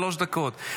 שלוש דקות,